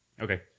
Okay